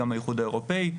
גם האיחוד האירופאי,